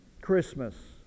Christmas